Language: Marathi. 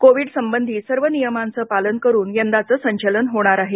कोविड संबंधी सर्व नियमांचं पालन करून यंदाचं संचलन होणार आहे